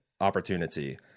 opportunity